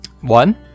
one